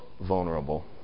vulnerable